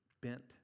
bent